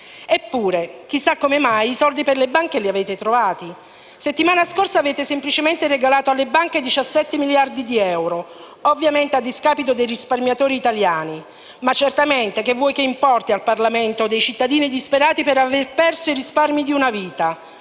Eppure, chissà come mai, i soldi per le banche li avete trovati. La settimana scorsa avete semplicemente regalato alle banche 17 miliardi di euro, ovviamente a discapito dei risparmiatori italiani. Ma, certamente, cosa vuoi che importi al Parlamento che cittadini disperati abbiano perso i risparmi di una vita?